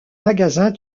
magasin